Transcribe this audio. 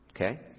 Okay